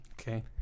Okay